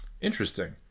Interesting